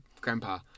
grandpa